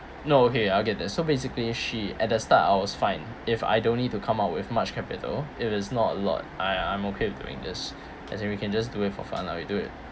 no okay I'll get there so basically she at the start I was fine if I don't need to come up with much capital it is not a lot I I'm okay with doing this as in we can just do it for fun lah we do it